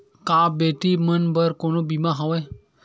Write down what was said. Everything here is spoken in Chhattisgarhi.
का बेटी मन बर कोनो बीमा हवय?